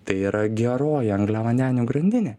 tai yra geroji angliavandenių grandinė